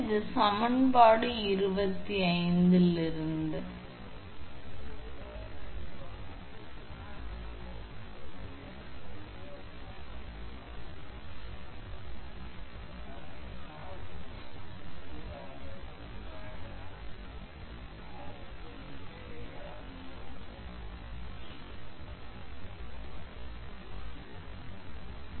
எனவே சமன்பாடு 25 இலிருந்து இந்த சமன்பாடு 𝑉 − 𝑉1 𝑉1 − 𝑉2 𝑉2 𝑟 ln 𝛼 𝑟1 ln 𝛼 𝑟2 ln 𝛼 𝑉 − 𝑉1 𝑉1 − 𝑉2 𝑉2 1 × ln 1